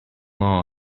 law